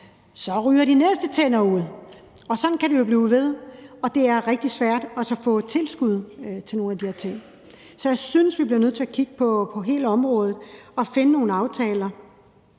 ryger de næste tænder ud, og sådan kan det blive ved. Det er rigtig svært at få tilskud til nogle af de her ting. Så jeg synes, vi bliver nødt til at kigge på hele området og finde nogle aftaler